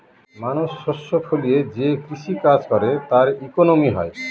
মানুষ শস্য ফলিয়ে যে কৃষি কাজ করে তার ইকোনমি হয়